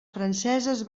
franceses